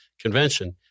Convention